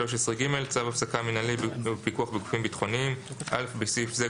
צו הפסקה מינהלי ופיקוח בגופים ביטחוניים 13ג. (א) בסעיף זה,